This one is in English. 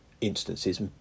instances